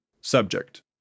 Subject